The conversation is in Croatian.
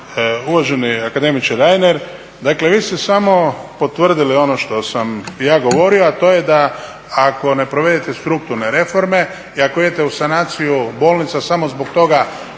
Uvaženi akademiče Reiner, dakle vi ste samo potvrdili ono što sam ja govorio, a to je da ako ne provedete strukturne reforme i ako idete u sanaciju bolnica samo zbog toga